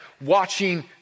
watching